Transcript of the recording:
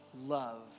love